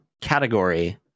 category